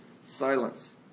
silence